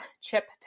Chip